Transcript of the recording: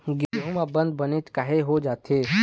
गेहूं म बंद बनेच काहे होथे जाथे?